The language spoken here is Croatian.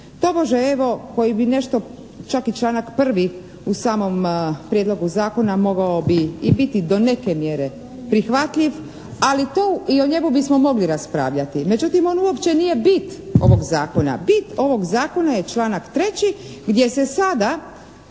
Tobože evo koji bi nešto čak i članak 1. u samom Prijedlogu zakona mogao bi i biti do neke mjere prihvatljiv, ali to, i o njemu bismo mogli raspravljati. Međutim on uopće nije bit ovog Zakona. Bit ovog Zakona je članak 3. gdje se sada